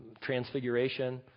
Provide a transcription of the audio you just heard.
transfiguration